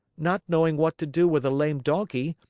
not knowing what to do with a lame donkey,